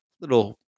little